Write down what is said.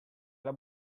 alla